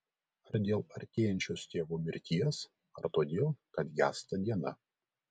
ar dėl artėjančios tėvo mirties ar todėl kad gęsta diena